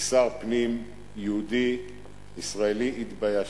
כשר פנים יהודי ישראלי, התביישתי.